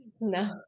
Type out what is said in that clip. No